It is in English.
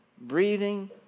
breathing